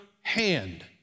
hand